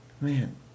man